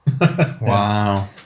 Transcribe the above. Wow